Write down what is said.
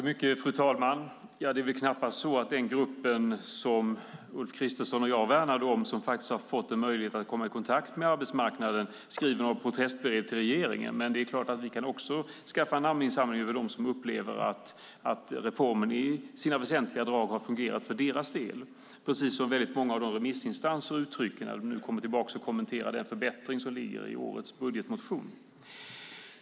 Fru talman! Det är knappast den grupp som Ulf Kristersson och jag värnar om och som har fått en möjlighet att komma i kontakt med arbetsmarknaden som skriver några protestbrev till regeringen. Men det är klart att också vi kan skaffa en namninsamling bland dem som upplever att reformen i sina väsentliga drag har fungerat för deras del. Det är precis samma sak som många av de remissinstanser uttrycker när de nu kommer tillbaka och kommenterar den förbättring som ligger i årets budgetmotion.